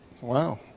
Wow